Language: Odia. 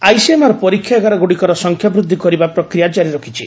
ଆଇସିଏମ୍ଆର୍ ପରୀକ୍ଷାଗାରଗୁଡ଼ିକର ସଂଖ୍ୟା ବୃଦ୍ଧି କରିବା ପ୍ରକ୍ରିୟା ଜାରି ରଖିଛି